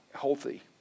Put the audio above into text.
healthy